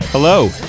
Hello